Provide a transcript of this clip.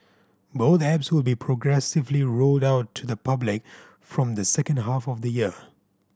both apps will be progressively rolled out to the public from the second half of the year